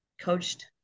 coached